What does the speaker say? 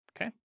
okay